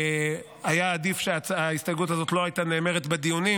היה עדיף שההסתייגות הזאת לא הייתה נאמרת בדיונים,